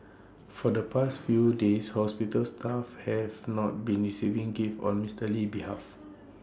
for the past few days hospital staff have not been receiving gifts on Mister Lee's behalf